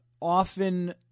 often